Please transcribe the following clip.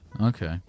Okay